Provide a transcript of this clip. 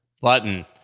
button